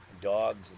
dogs